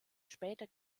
später